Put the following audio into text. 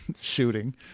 Shooting